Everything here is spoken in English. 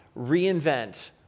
reinvent